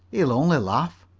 he'll only laugh.